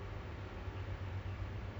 my um